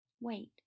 Wait